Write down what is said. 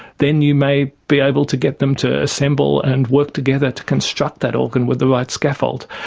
then you may be able to get them to assemble and work together to construct that organ with the right scaffold.